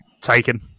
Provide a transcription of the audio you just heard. taken